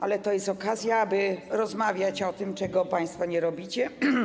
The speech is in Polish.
Ale to jest okazja, aby rozmawiać o tym, czego państwo nie robicie.